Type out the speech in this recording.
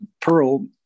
Pearl